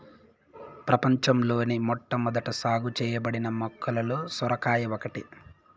ప్రపంచంలోని మొట్టమొదట సాగు చేయబడిన మొక్కలలో సొరకాయ ఒకటి